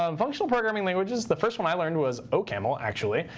um functional programming languages. the first one i learned was ocaml, actually.